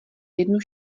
jednu